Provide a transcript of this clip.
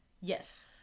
Yes